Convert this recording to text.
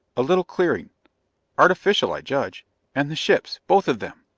a little clearing artificial, i judge and the ships! both of them!